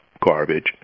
garbage